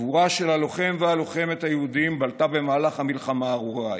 הגבורה של הלוחם והלוחמת היהודים בלטה במהלך המלחמה הארורה ההיא.